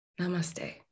namaste